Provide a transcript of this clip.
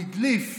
הוא הדליף,